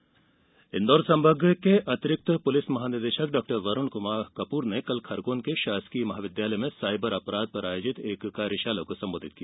कार्यशाला इंदौर संभाग के अतिरिक्त पुलिस महानिदेशक डॉ वरूण कपूर ने कल खरगोन के शासकीय महाविद्यालय में साइबर अपराध पर आयोजित एक कार्यशाला को संबोधित किया